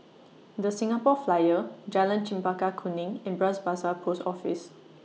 The Singapore Flyer Jalan Chempaka Kuning and Bras Basah Post Office